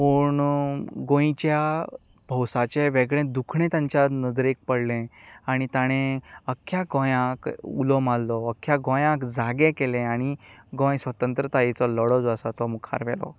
पूण गोंयच्या भौसाचें वेगळें दुखणें तांच्या नजरेक पडलें आनी ताणें अख्ख्या गोंयांक उलो मारलो अख्ख्या गोंयांक जागे केलें आनी गोंय स्वतंत्रतायेचो लडो जो आसा तो मुखार व्हेलो